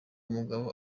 umugabo